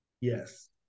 Yes